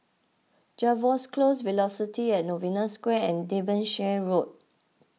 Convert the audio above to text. Jervois Close Velocity at Novena Square and Derbyshire Road